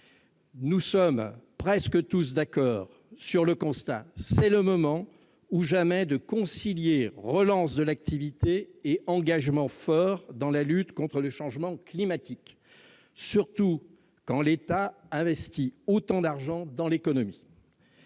Nous sommes presque tous d'accord sur le constat : c'est le moment ou jamais de concilier relance de l'activité et engagement fort dans la lutte contre le changement climatique, surtout quand l'État investit autant d'argent dans l'économie.